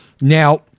Now